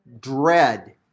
dread